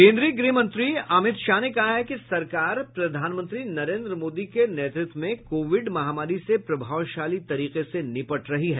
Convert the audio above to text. केंद्रीय गृहमंत्री अमित शाह ने कहा है कि सरकार प्रधानमंत्री नरेन्द्र मोदी के नेतृत्व में कोविड महामारी से प्रभावशाली तरीके से निपट रही है